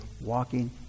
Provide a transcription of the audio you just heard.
walking